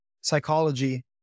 psychology